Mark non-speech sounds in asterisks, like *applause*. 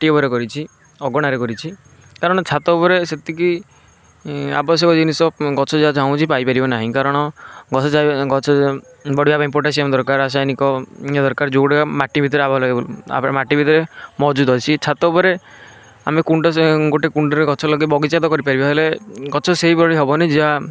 ମାଟି ଉପରେ କରିଛି ଅଗଣାରେ କରିଛି କାରଣ ଛାତ ଉପରେ ସେତିକି ଆବଶ୍ୟକ ଜିନିଷ ଗଛ ଯାହା ଚାହୁଁଛି ପାଇପାରିବ ନାହିଁ କାରଣ ଗଛ *unintelligible* ଗଛ ବଢ଼ିବା ପାଇଁ ପୋଟାସିୟମ୍ ଦରକାର ରାସାୟନିକ ଇଏ ଦରକାର ଯେଉଁଗୁଡ଼ା ମାଟି ଭିତରେ ଆଭଲେବୁଲ୍ *unintelligible* ମାଟି ଭିତରେ ମହଜୁଦ ଅଛି ଛାତ ଉପରେ ଆମେ *unintelligible* ଗୋଟେ କୁଣ୍ଡରେ ଗଛ ଲଗାଇ ବଗିଚା ତ କରିପାରିବା ହେଲେ ଗଛ ସେହି ଭଳି ହେବନି ଯାହା